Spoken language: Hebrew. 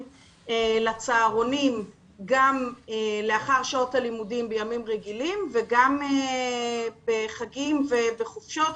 לצהרונים גם לאחר שעות הלימודים בימים רגילים וגם בחגים ובחופשות,